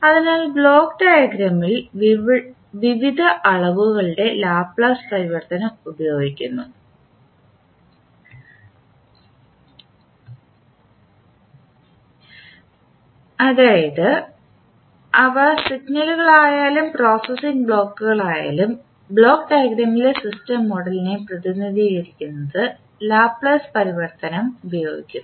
അതിനാൽ ബ്ലോക്ക് ഡയഗ്രാമിൽ വിവിധ അളവുകളുടെ ലാപ്ലേസ് പരിവർത്തനം ഉപയോഗിക്കുന്നു അതായത് അവ സിഗ്നലുകളായാലും പ്രോസസ്സിംഗ് ബ്ലോക്കുകളായാലും ബ്ലോക്ക് ഡയഗ്രാമിലെ സിസ്റ്റം മോഡലിനെ പ്രതിനിധീകരിക്കുന്നതിന് ലാപ്ലേസ് പരിവർത്തനം ഉപയോഗിക്കുന്നു